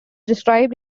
described